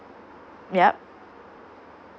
yup